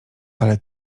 ale